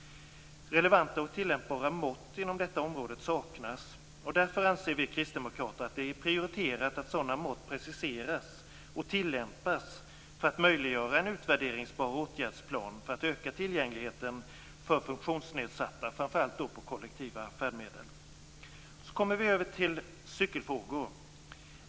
Relevanta och tillämpbara mått inom detta område saknas. Vi kristdemokrater anser därför att det är prioriterat att sådana mått preciseras och tillämpas för att möjliggöra en utvärderingsbar åtgärdsplan, för att öka tillgängligheten för funktionsnedsatta, framför allt på kollektiva färdmedel. Jag kommer då över till cykelfrågorna.